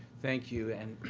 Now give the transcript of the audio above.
thank you. and,